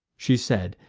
she said,